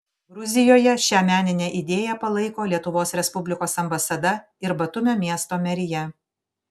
gruzijoje šią meninę idėją palaiko lietuvos respublikos ambasada ir batumio miesto merija